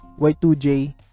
Y2J